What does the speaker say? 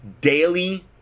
daily